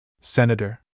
Senator